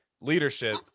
leadership